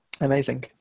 amazing